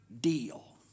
deal